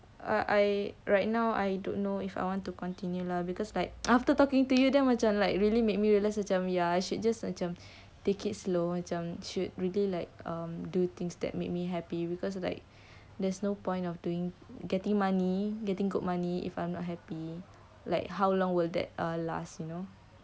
uh I right now I don't know if I want to continue lah because like after talking to you then macam like really make me realize macam ya I should just macam do things that made me happy because like there's no point of doing getting money getting good money if I'm not happy like how long will that last